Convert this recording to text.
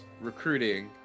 recruiting